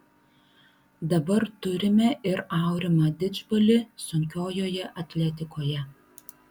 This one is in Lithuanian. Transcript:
dabar turime ir aurimą didžbalį sunkiojoje atletikoje